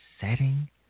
setting